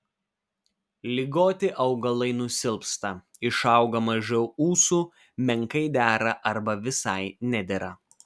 ligoti augalai nusilpsta išauga mažiau ūsų menkai dera arba visai nedera